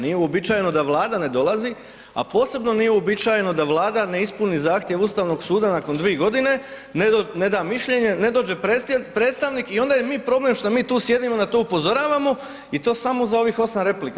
Nije uobičajeno da Vlada ne dolazi, a posebno nije uobičajeno da Vlada ne ispuni zahtjev Ustavnog suda nakon dvije godine ne da mišljenje, ne dođe predstavnik i onda je problem što mi tu sjedimo i na to upozoravamo i to samo za ovih osam replika.